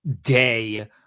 day